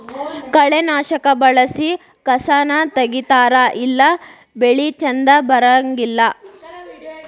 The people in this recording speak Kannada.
ಕಳೆನಾಶಕಾ ಬಳಸಿ ಕಸಾನ ತಗಿತಾರ ಇಲ್ಲಾ ಬೆಳಿ ಚಂದ ಬರಂಗಿಲ್ಲಾ